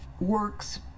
works